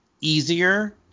easier